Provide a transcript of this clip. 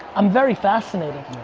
i'm very fascinated.